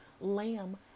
lamb